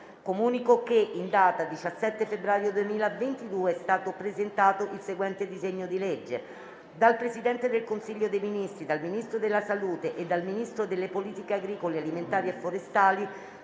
Comunico che in data 17 febbraio 2022 è stato presentato il seguente disegno di legge: *dal Presidente del Consiglio dei ministri, dal Ministro della salute e dal Ministro delle politiche agricole alimentari e forestali:*